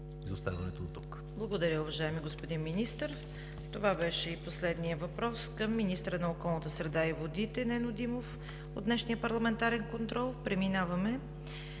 ЦВЕТА КАРАЯНЧЕВА: Благодаря, уважаеми господин Министър. Това беше и последният въпрос към министъра на околната среда и водите Нено Димов от днешния парламентарен контрол. Преминаваме